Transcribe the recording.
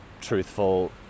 truthful